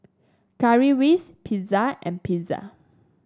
Currywurst Pizza and Pizza